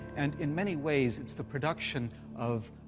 and, in many ways, it's the production of,